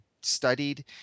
studied